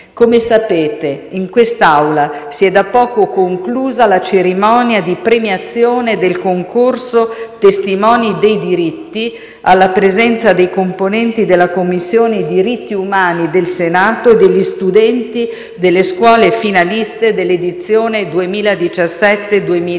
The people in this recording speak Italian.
Come sapete, in quest'Aula si è da poco conclusa la cerimonia di premiazione del concorso «Testimoni dei diritti» alla presenza dei componenti della Commissione diritti umani del Senato e degli studenti delle scuole finaliste dell'edizione 2017-2018.